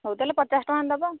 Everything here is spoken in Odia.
ହଉ ତା'ହେଲେ ପଚାଶ ଟଙ୍କା ଦେବ